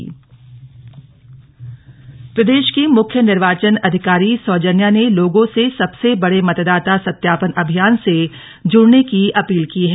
voter सत्यापन कार्यक्रम प्रदेश की मुख्य निर्वाचन अधिकारी सौजन्या ने लोगों से सबसे बड़े मतदाता सत्यापन अभियान से जूड़ने की अपील की हैं